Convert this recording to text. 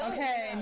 Okay